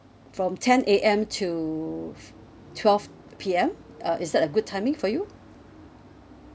from ten A_M to f~ twelve P_M uh is that a good timing for you